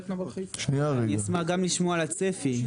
אני אשמח לשמוע גם על הצפי.